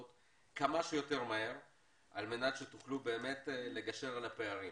כמה שיותר מהר על מנת שתוכלו לגשר על הפערים.